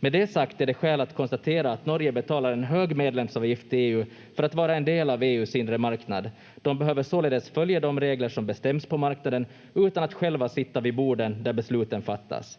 Med det sagt är det skäl att konstatera att Norge betalar en hög medlemsavgift till EU för att vara en del av EU:s inre marknad. De behöver således följa de regler som bestäms på marknaden utan att själva sitta vid borden där besluten fattas.